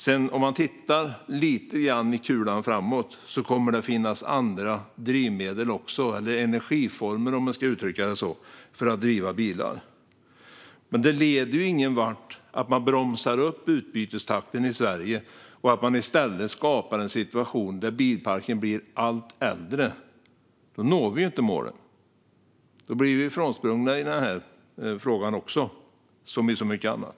Tittar man sedan framåt i kristallkulan ser man även andra drivmedel eller energiformer för att driva bilar. Det leder dock ingenvart att bromsa upp utbytestakten i Sverige och i stället skapa en situation där bilparken bli allt äldre. Då når vi inte målen. Då blir vi frånsprungna även i den här frågan, som när det gäller så mycket annat.